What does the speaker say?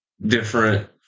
different